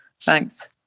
thanks